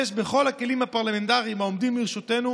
בכל הכלים הפרלמנטריים העומדים לרשותנו,